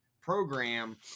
program